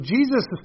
Jesus